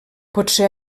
potser